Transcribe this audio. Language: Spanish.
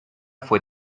fue